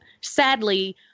sadly